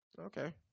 Okay